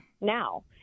now